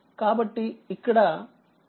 కాబట్టిఇక్కడ i0163